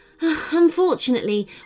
Unfortunately